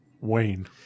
Wayne